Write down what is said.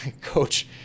Coach